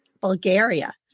Bulgaria